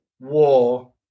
war